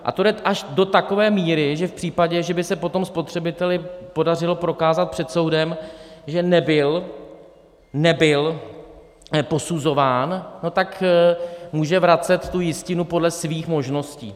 A to jde až do takové míry, že v případě, že by se potom spotřebiteli podařilo prokázat před soudem, že nebyl posuzován, tak může vracet tu jistinu podle svých možností.